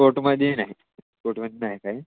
कोटमध्ये नाही कोटमध्ये नाही काही